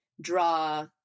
draw